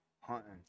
hunting